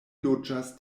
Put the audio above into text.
loĝas